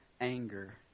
anger